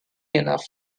enough